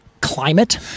climate